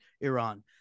Iran